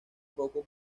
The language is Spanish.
poco